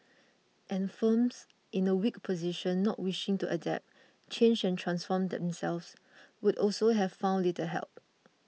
and firms in a weak position not wishing to adapt change and transform themselves would also have found little help